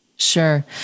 Sure